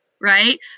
right